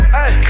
Hey